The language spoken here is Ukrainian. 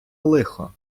лихо